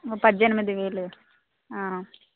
పద్దెనిమిది వేలు